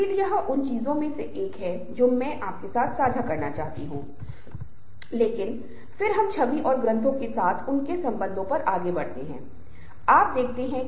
इसलिए ऐसा है लेकिन हर कोई सोच रहा है कि हम सभी एक साथ हैं और समूह के लिए काम कर रहे हैं